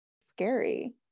scary